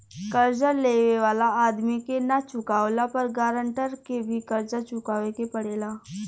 कर्जा लेवे वाला आदमी के ना चुकावला पर गारंटर के भी कर्जा चुकावे के पड़ेला